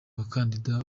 abakandida